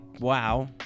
wow